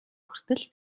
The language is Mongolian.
хүртэл